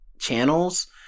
channels